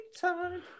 Time